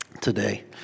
today